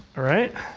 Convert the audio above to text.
right?